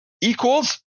equals